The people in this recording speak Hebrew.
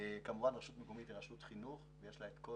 כמובן שרשות מקומית היא רשות חינוכית ויש לה את כל